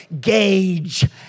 gauge